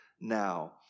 now